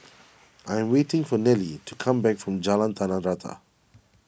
I am waiting for Nelie to come back from Jalan Tanah Rata